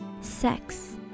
sex